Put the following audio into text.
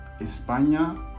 España